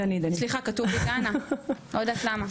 סליחה כתוב לי דנה לא יודעת למה.